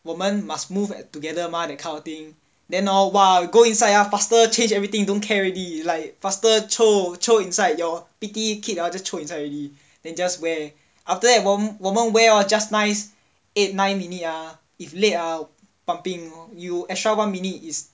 我们 must move together mah that kind of thing then hor !wah! go inside ah faster change everything don't care already like faster throw throw inside your P_T kit ah just throw inside already then just wear then after that 我们 wear hor just nice eight nine minute ah if late ah pumping you extra one minute is